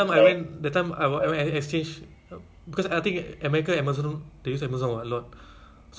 then dia pun ada alexa I think now alexa better ah because